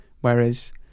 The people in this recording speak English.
Whereas